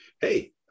hey